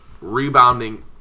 rebounding